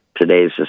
today's